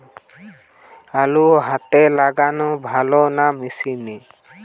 আলু হাতে লাগালে ভালো না মেশিনে?